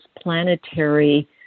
planetary